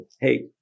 hey